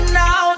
now